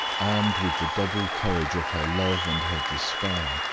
armed with the double courage of her love and her despair,